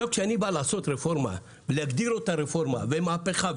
כשאני בא לעשות רפורמה ולהגדיר אותה רפורמה ומהפכה,